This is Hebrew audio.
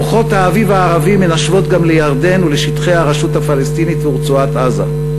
רוחות האביב הערבי מנשבות גם לירדן ולשטחי הרשות הפלסטינית ורצועת-עזה.